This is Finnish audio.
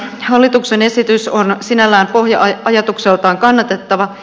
hallituksen esitys on sinällään pohja ajatukseltaan kannatettava